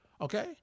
Okay